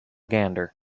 gander